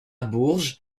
bourges